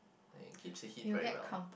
eh keeps the heat very well